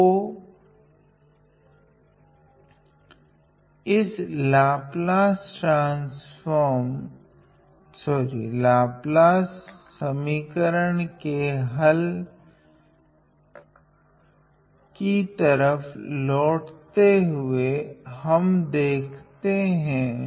तो वो इस लाप्लास समीकरण के हल कि तरफ लोटते हुए हम देखते हैं